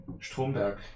Stromberg